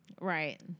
Right